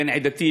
בן עדתי,